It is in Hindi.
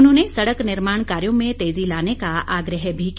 उन्होंने सड़क निर्माण कार्यों में तेजी लाने का आग्रह भी किया